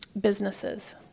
businesses